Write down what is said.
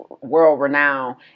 world-renowned